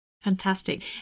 Fantastic